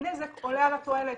הנזק עולה על התועלת.